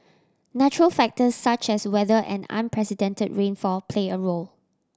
natural factors such as weather and unprecedented rainfall play a role